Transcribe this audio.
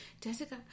Jessica